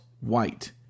white